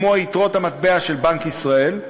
כמו יתרות המטבע של בנק ישראל,